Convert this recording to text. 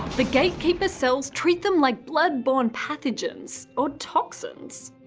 the gatekeeper cells treat them like blood-borne pathogens or toxins.